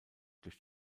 durch